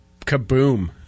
kaboom